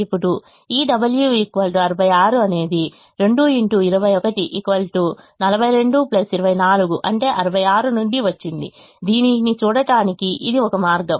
ఇప్పుడు ఈ W 66 అనేది 42 24 అంటే 66 నుండి వచ్చింది దీనిని చూడటానికి ఇది ఒక మార్గం